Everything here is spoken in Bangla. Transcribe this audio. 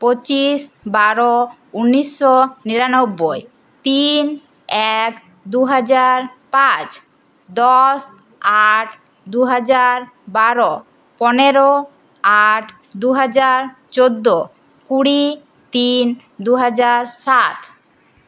পঁচিশ বারো উনিশশো নিরানব্বই তিন এক দুহাজার পাঁচ দশ আট দুহাজার বারো পনেরো আট দুহাজার চোদ্দো কুড়ি তিন দুহাজার সাত